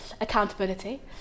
accountability